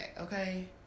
Okay